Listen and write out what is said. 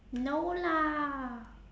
no lah